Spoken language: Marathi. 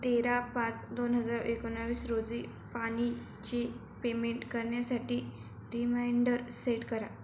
तेरा पाच दोन हजार एकोणाविस रोजी पाणीची पेमेंट करण्यासाठी रिमाईंडर सेट करा